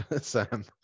Sam